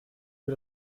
für